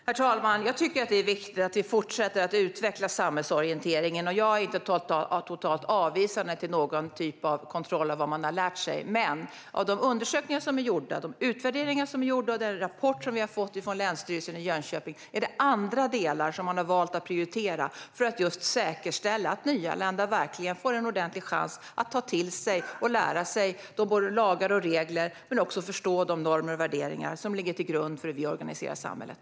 Herr talman! Jag tycker att det är viktigt att vi fortsätter att utveckla samhällsorienteringen, och jag är inte totalt avvisande till någon typ av kontroll av vad man har lärt sig. Men enligt de undersökningar och utvärderingar som är gjorda och enligt den rapport som vi har fått från Länsstyrelsen i Jönköping är det andra delar som man har valt att prioritera för att säkerställa att nyanlända verkligen får en ordentlig chans att ta till sig och lära sig de lagar och regler vi har. Det handlar också om att förstå de normer och värderingar som ligger till grund för hur vi organiserar samhället.